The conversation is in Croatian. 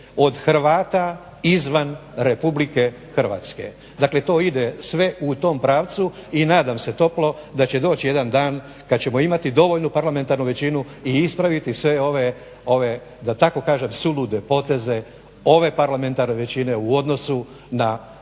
od Hrvata izvan Republike Hrvatske. Dakle to ide sve u tom pravcu i nadam se toplo da će doći jedan dan kad ćemo imati dovoljnu parlamentarnu većinu i ispraviti sve ove da tako kažem sulude poteze ove parlamentarne većine u odnosu na Hrvate